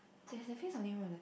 there's definitely only one the